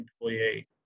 employee